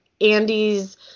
Andy's